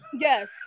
Yes